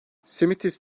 simitis